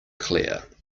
clear